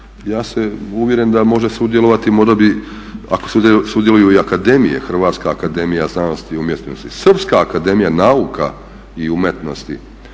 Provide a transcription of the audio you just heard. Ja sam uvjeren da može sudjelovati, možda bi ako sudjeluju i akademije Hrvatska akademija znanosti i umjetnosti, Srpska akademija nauka i umetnosti